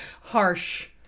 harsh